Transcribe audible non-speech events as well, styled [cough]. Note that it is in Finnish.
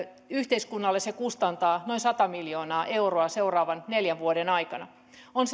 yhteiskunnalle se kustantaa noin sata miljoonaa euroa seuraavan neljän vuoden aikana on [unintelligible]